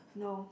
no